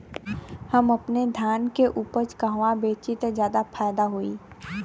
हम अपने धान के उपज कहवा बेंचि त ज्यादा फैदा होई?